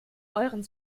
euren